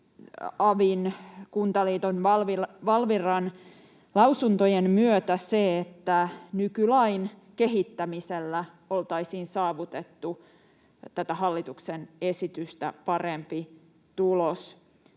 avin, Kuntaliiton ja Valviran lausuntojen myötä se, että nykylain kehittämisellä oltaisiin saavutettu tätä hallituksen esitystä parempi tulos.